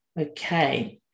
Okay